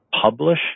publish